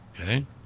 Okay